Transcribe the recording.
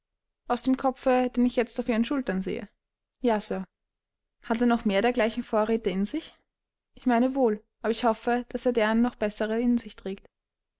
aus dem kopfe den ich jetzt da auf ihren schultern sehe ja sir hat er noch mehr dergleichen vorräte in sich ich meine wohl aber ich hoffe daß er deren noch bessere in sich trägt